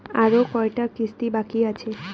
আরো কয়টা কিস্তি বাকি আছে?